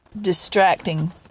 distracting